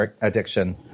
addiction